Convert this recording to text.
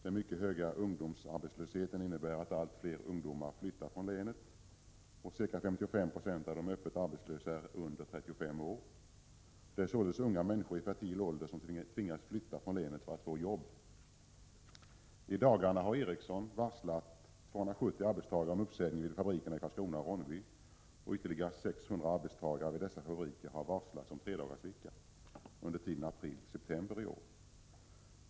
Den mycket höga ungdomsarbetslösheten innebär att allt fler ungdomar flyttar från länet. Ca 55 96 av de öppet arbetslösa är under 35 år. Det är således unga människor i fertil ålder som tvingas flytta från länet för att få jobb. I dagarna har Ericsson varslat 270 arbetstagare om uppsägning vid fabrikerna i Karlskrona och Ronneby, och ytterligare 600 arbetstagare vid dessa fabriker har varslats om tredagarsvecka under tiden april-september i år.